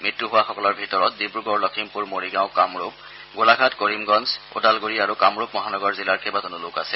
মৃত্যু হোৱাসকলৰ ভিতৰত ডিব্ৰুগড় লখিমপুৰ মৰিগাঁও কামৰূপ গোলাঘাট কৰিমগঞ্জ ওদালণ্ডৰি আৰু কামৰূপ মহানগৰ জিলাৰ কেইবাজনো লোক আছে